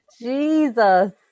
Jesus